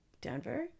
Denver